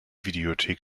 videothek